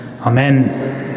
Amen